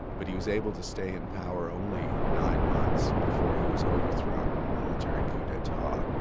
ah but he was able to stay in power only nine months before he was overthrown in a military coup d'etat.